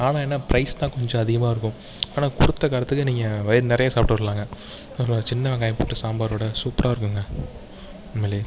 ஆனால் என்ன ப்ரைஸ் தான் கொஞ்சம் அதிகமாக இருக்கும் ஆனால் கொடுத்த காரத்துக்கு நீங்க வயிறு நிறையா சாப்பிட்டு வரலாங்க அப்புறம் சின்ன வெங்காயம் போட்டு சாம்பார் வடை சூப்பராக இருக்குங்க உண்மையில்